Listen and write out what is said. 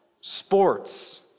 sports